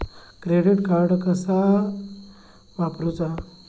Credit card कसा वापरूचा?